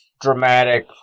dramatic